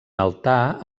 altar